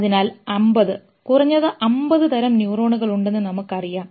അതിനാൽ അമ്പത് കുറഞ്ഞത് അമ്പത് തരം ന്യൂറോണുകളുണ്ടെന്ന് നമുക്കറിയാം